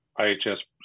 IHS